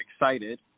excited